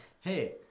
hey